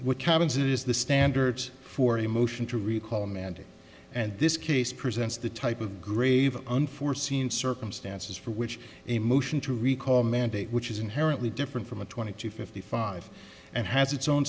what happens is the standards for a motion to recall amanda and this case presents the type of grave unforeseen circumstances for which a motion to recall a mandate which is inherently different from a twenty to fifty five and has its own